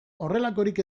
horrelakorik